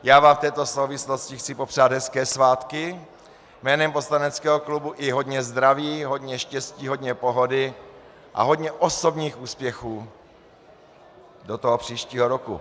Já vám v této souvislosti chci popřát hezké svátky jménem poslaneckého klubu, i hodně zdraví, hodně štěstí, hodně pohody a hodně osobních úspěchů do příštího roku.